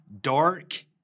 dark